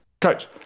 coach